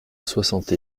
soixante